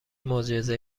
معجزه